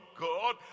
God